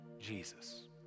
Jesus